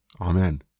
Amen